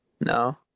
No